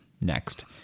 Next